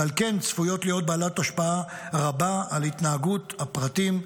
ועל כן צפויות להיות בעלת השפעה רבה על התנהגות הפרטים,